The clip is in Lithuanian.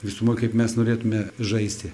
visumoj kaip mes norėtume žaisti